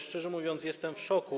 Szczerze mówiąc, jestem w szoku.